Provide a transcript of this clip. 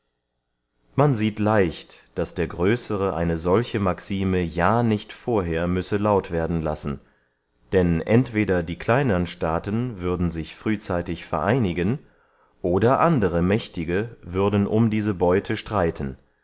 man sieht leicht daß der größere eine solche maxime ja nicht vorher müsse laut werden lassen denn entweder die kleinern staaten würden sich frühzeitig vereinigen oder andere mächtige würden um diese beute streiten